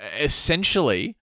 essentially